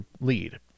lead